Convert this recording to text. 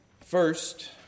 First